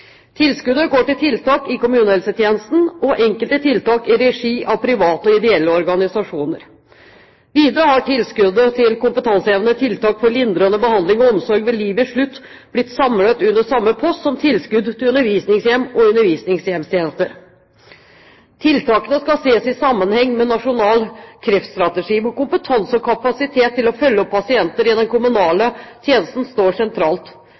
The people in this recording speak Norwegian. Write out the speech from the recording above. Tilskuddet går til tiltak i kommunehelsetjenesten og enkelte tiltak i regi av private og ideelle organisasjoner. Videre har tilskuddet til kompetansehevende tiltak for lindrende behandling og omsorg ved livets slutt blitt samlet under samme post som tilskudd til undervisningssykehjem og undervisningshjemmetjenester. Tiltakene skal ses i sammenheng med nasjonal kreftstrategi, hvor kompetanse og kapasitet til å følge opp pasienter i den kommunale tjenesten står sentralt,